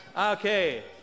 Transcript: Okay